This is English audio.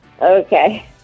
Okay